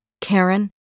Karen